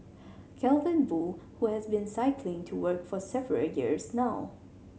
Calvin Boo who has been cycling to work for several years now